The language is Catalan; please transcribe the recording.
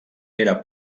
era